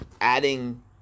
adding